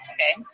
Okay